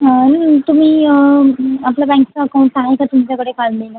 तुम्ही आपल्या बँकेचं अकाऊंट आहे का तुमच्याकडे काढलेलं